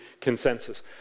consensus